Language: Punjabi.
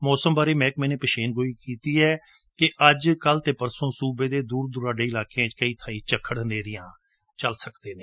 ਮੌਸਮ ਬਾਰੇ ਮਹਿਕਮੇ ਨੇ ਪੇਸ਼ੇਨਗੋਈ ਕੀਤੀ ਹੈ ਕਿ ਅੱਜ ਕੱਲੁ ਅਤੇ ਪਰਸੋ ਸੂਬੇ ਦੇ ਦੂਰ ਦੁਰਾਡੇ ਇਲਾਕਿਆਂ ਵਿੱਚ ਕਈ ਬਾਈ ਝੱਖੜ ਹਨ੍ਜੇਰੀਆਂ ਚੱਲ ਸਕਦੇ ਨੇ